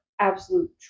absolute